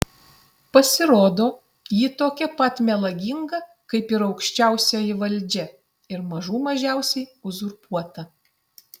pasirodo ji tokia pat melaginga kaip ir aukščiausioji valdžia ir mažų mažiausiai uzurpuota